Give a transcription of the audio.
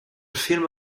film